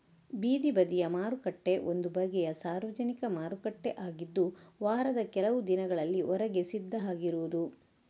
ಬೀದಿ ಬದಿಯ ಮಾರುಕಟ್ಟೆ ಒಂದು ಬಗೆಯ ಸಾರ್ವಜನಿಕ ಮಾರುಕಟ್ಟೆ ಆಗಿದ್ದು ವಾರದ ಕೆಲವು ದಿನಗಳಲ್ಲಿ ಹೊರಗೆ ಸಿದ್ಧ ಆಗಿರುದು